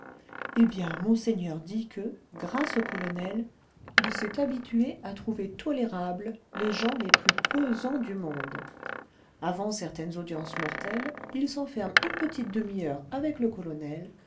eh bien monseigneur dit que grâce au colonel il s'est habitué à trouver tolérables les gens les plus pesants du monde avant certaines audiences mortelles il s'enferme une petite demi-heure avec le colonel